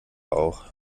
auch